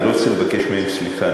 אני לא רוצה לבקש מהם סליחה,